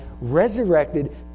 resurrected